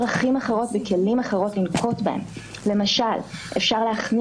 מזה שממשלות נופלות בטרם עת והכוח השלטוני בעצם מתפזר לכל עבר.